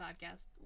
podcast